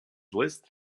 list